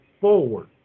forward